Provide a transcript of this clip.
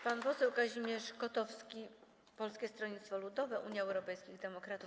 Pan poseł Kazimierz Kotowski, Polskie Stronnictwo Ludowe - Unia Europejskich Demokratów.